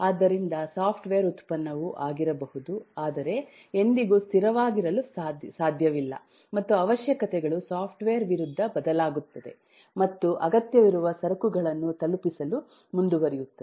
ಆದ್ದರಿಂದ ಸಾಫ್ಟ್ವೇರ್ ಉತ್ಪನ್ನವು ಆಗಿರಬಹುದು ಆದರೆ ಎಂದಿಗೂ ಸ್ಥಿರವಾಗಿರಲು ಸಾಧ್ಯವಿಲ್ಲ ಮತ್ತು ಅವಶ್ಯಕತೆಗಳು ಸಾಫ್ಟ್ವೇರ್ ವಿರುದ್ಧ ಬದಲಾಗುತ್ತದೆ ಮತ್ತು ಅಗತ್ಯವಿರುವ ಸರಕುಗಳನ್ನು ತಲುಪಿಸಿಲು ಮುಂದುವರಿಯುತ್ತದೆ